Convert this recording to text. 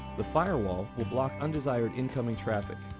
the firewall will block undesired incoming traffic.